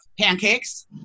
Pancakes